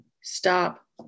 stop